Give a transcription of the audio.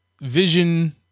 Vision